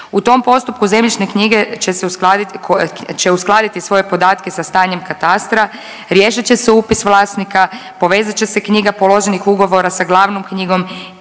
U tom postupku zemljišne knjige će se uskladiti, će uskladiti svoje podatke sa stanjem katastra, riješit će se upis vlasnika, povezat će se knjiga položenih ugovora sa glavnom knjigom